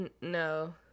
no